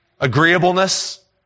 agreeableness